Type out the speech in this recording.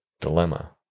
dilemma